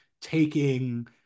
taking